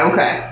Okay